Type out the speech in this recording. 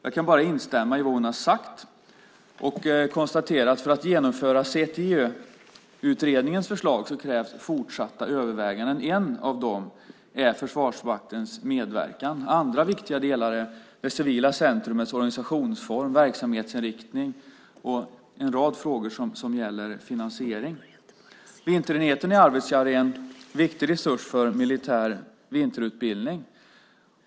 Jag kan bara instämma i vad hon har sagt och konstatera att enligt CTÖ-utredningens förslag krävs fortsatta överväganden. Ett av dem är Försvarsmaktens medverkan. Andra viktiga delar är det civila centrumets organisationsform, verksamhetsinriktning och en rad frågor som gäller finansiering. Vinterenheten i Arvidsjaur är en viktig resurs för militär vinterutbildning.